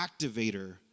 activator